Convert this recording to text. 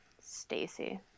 Stacy